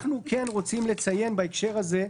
אנחנו כן רוצים לציין בהקשר הזה,